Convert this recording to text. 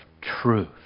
truth